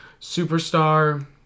superstar